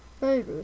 baby